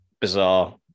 Bizarre